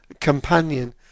companion